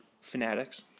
fanatics